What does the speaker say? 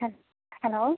അതെ ഹലോ